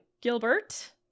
Gilbert